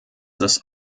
das